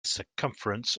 circumference